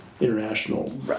international